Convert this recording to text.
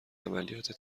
عملیات